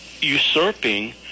usurping